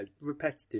repetitive